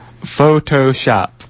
Photoshop